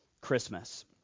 Christmas